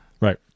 Right